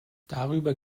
darüber